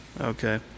Okay